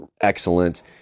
excellent